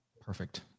Perfect